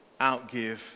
outgive